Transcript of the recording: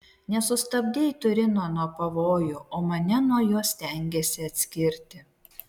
nesustabdei turino nuo pavojų o mane nuo jo stengiesi atskirti